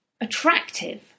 attractive